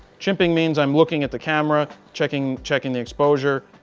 chimping means i'm looking at the camera, checking checking the exposure,